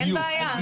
אין בעיה.